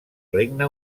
regne